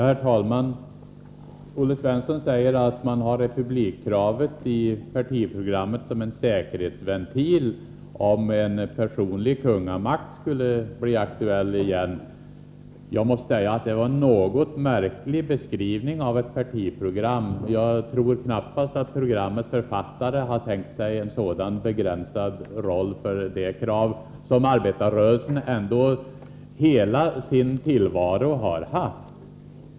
Herr talman! Olle Svensson säger att man har republikkravet i partiprogrammet som en säkerhetsventil, om en personlig kungamakt skulle bli aktuell igen. Jag måste säga att det är en märklig beskrivning av ett partiprogram. Jag tror knappast att programmets författare har tänkt sig en så begränsad roll för det krav som arbetarrörelsen ändå under hela sin tillvaro haft.